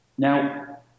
Now